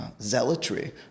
zealotry